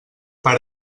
per